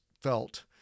felt